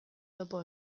topo